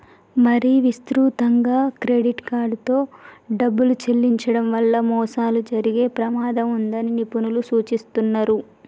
మరీ విస్తృతంగా క్రెడిట్ కార్డుతో డబ్బులు చెల్లించడం వల్ల మోసాలు జరిగే ప్రమాదం ఉన్నదని నిపుణులు సూచిస్తున్నరు